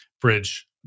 bridge